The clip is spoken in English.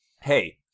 Hey